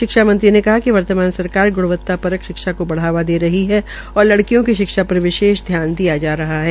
शिक्षा मंत्री ने कहा कि वर्तमान सरकार ग्णवतापरक शिक्षा को बढ़ावा दे रही है और लड़कियों की शिक्षा पर विशेष ध्यान दिया जा रहा है